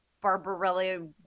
Barbarella